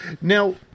Now